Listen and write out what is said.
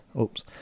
Oops